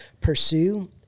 pursue